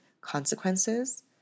consequences